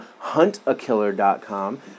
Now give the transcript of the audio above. huntakiller.com